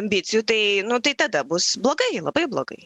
ambicijų tai nu tai tada bus blogai labai blogai